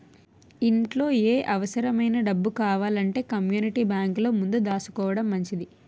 ఇంట్లో ఏ అవుసరమైన డబ్బు కావాలంటే కమ్మూనిటీ బేంకులో ముందు దాసుకోడం మంచిది